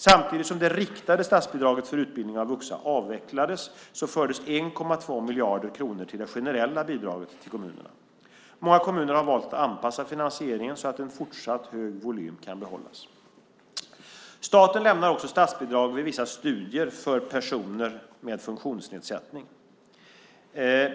Samtidigt som det riktade statsbidraget för utbildning av vuxna avvecklades fördes 1,2 miljarder kronor till det generella bidraget till kommunerna. Många kommuner har valt att anpassa finansieringen så att en fortsatt hög volym kan behållas. Staten lämnar också statsbidrag vid vissa studier för personer med funktionsnedsättning.